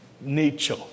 nature